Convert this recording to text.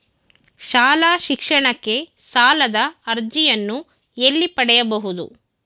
ಶಾಲಾ ಶಿಕ್ಷಣಕ್ಕೆ ಸಾಲದ ಅರ್ಜಿಯನ್ನು ಎಲ್ಲಿ ಪಡೆಯಬಹುದು?